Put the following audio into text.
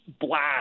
blast